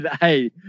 hey